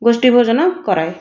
ଗୋଷ୍ଠୀ ଭୋଜନ କରାଏ